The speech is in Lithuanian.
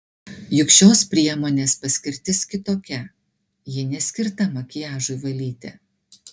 juk šios priemonės paskirtis kitokia ji neskirta makiažui valyti